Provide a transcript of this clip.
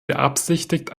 beabsichtigt